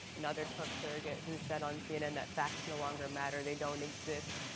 another trump surrogate who said on cnn that facts no longer matter. they don't exist.